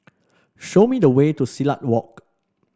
show me the way to Silat Walk